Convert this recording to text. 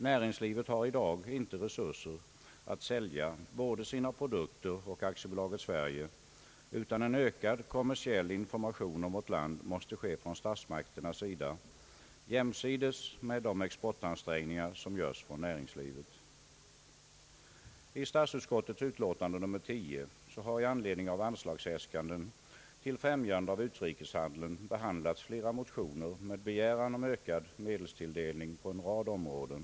Näringslivet har i dag inte resurser att sälja både sina produkter och AB Sverige, utan en ökad kommersiell information om vårt land måste ske från statsmakterna jämsides med de exportansträngningar som göres från näringslivet. I statsutskottets utlåtande nr 10 har i anledning av anslagsäskanden till främjande av utrikeshandeln behandlats flera motioner med begäran om ökad medelstilldelning på en rad områden.